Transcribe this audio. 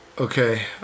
Okay